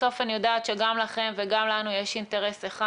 בסוף אני יודעת שגם לכם וגם לנו יש אינטרס אחד,